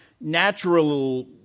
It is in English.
natural